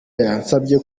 yansabye